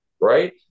right